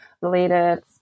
related